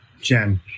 Jen